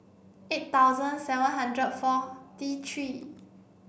eight thousand seven hundred forty three